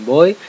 Boy